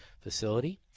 facility